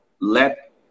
let